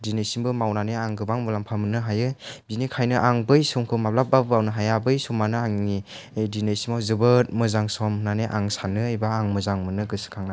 दिनैसिमबो मावनानै आं गोबां मुलाम्फा मोननो हायो बिनिखाइनो आं बै समखौ माब्लाबाबो बावनो हाया बै समानो आंनि दिनैसिमाव जोबोर मोजां सम होननानै आं सानो एबा आं मोजां मोनो गोसो खांनानै